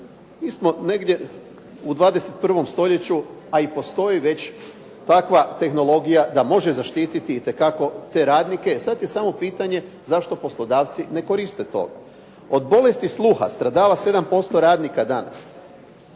Mi smo negdje u 21. stoljeću, a i postoji već takva tehnologija da može zaštititi itekako te radnike, ad je samo pitanje zašto poslodavci ne koriste to? Od bolesti sluha stradava 7% radnika danas.